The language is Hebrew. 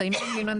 לא,